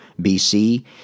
BC